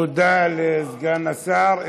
תודה לסגן השר.